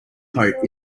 coat